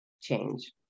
change